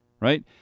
right